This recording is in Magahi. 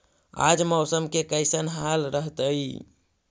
आज मौसम के कैसन हाल रहतइ?